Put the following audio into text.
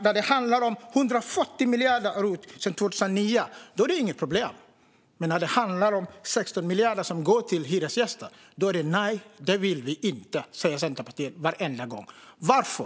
När det handlar om 140 miljarder i rot sedan 2009 är det inget problem. Men när det handlar om 16 miljarder som går till hyresgäster låter det varenda gång från Centerpartiet: Nej, det vill vi inte. Varför?